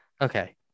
Okay